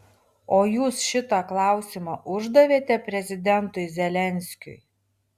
o jūs šitą klausimą uždavėte prezidentui zelenskiui